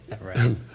Right